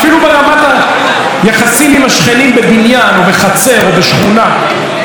אפילו ברמת היחסים עם השכנים בבניין או בחצר או בשכונה,